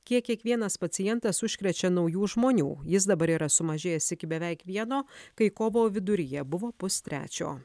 kiek kiekvienas pacientas užkrečia naujų žmonių jis dabar yra sumažėjęs iki beveik vieno kai kovo viduryje buvo pustrečio